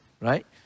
right